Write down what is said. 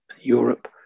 Europe